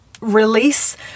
release